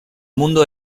mundo